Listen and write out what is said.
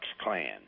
Klan